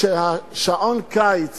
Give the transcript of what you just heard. היתה ששעון הקיץ